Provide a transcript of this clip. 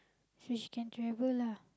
see if she can travel lah